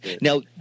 Now